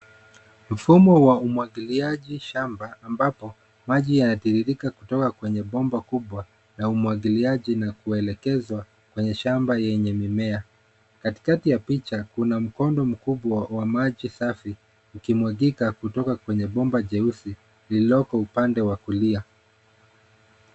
Mfumo wa umwagiliaji shamba ambapo maji yanatirirka kutoka kwenye bomba kubwa la umwagiliaji na kuelekezwa kwenye shamba yenye mimea. Katikati ya picha, kuna mkondo mkubwawa maji safi ukimwagika kutoka kwenye bomba jeusi lililoko upande wa kulia.